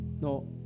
no